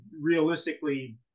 realistically